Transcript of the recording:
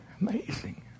Amazing